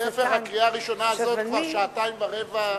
להיפך, הקריאה הראשונה הזאת כבר שעתיים ורבע.